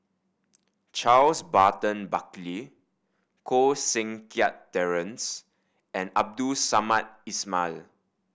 Charles Burton Buckley Koh Seng Kiat Terence and Abdul Samad Ismail